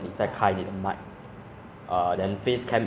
ah for only one or two modules ah